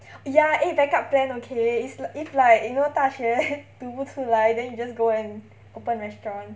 ya eh backup plan okay is like if like you know 大学读不出来 then you just go and open restaurant